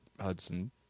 Hudson